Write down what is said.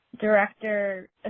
director